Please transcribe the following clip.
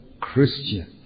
Christian